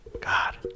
God